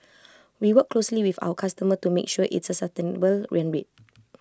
we work closely with our customer to make sure it's A sustainable run rate